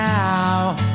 now